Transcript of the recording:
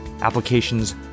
Applications